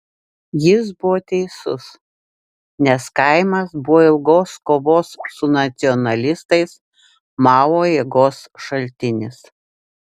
jis buvo teisus nes kaimas buvo ilgos kovos su nacionalistais mao jėgos šaltinis